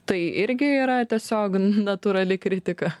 tai irgi yra tiesiog natūrali kritika